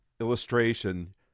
illustration